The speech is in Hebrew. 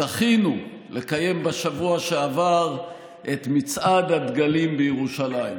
זכינו לקיים בשבוע שעבר את מצעד הדגלים בירושלים.